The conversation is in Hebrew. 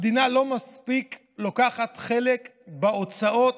המדינה לא מספיק לוקחת חלק בהוצאות,